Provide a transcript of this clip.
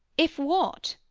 if what?